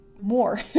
more